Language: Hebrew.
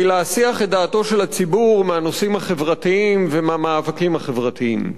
להסיח את דעתו של הציבור מהנושאים החברתיים ומהמאבקים החברתיים.